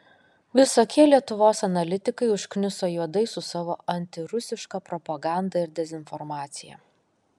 visokie lietuvos analitikai užkniso juodai su savo antirusiška propaganda ir dezinformacija